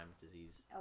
disease